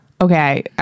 okay